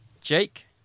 Jake